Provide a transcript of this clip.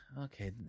okay